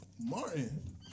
Martin